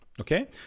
okay